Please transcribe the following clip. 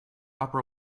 upper